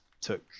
took